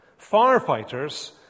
firefighters